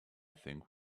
think